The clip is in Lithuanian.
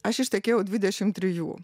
aš ištekėjau dvidešim trijų